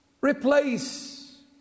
replace